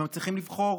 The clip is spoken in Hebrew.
הם צריכים לבחור